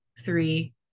three